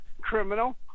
criminal